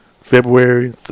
February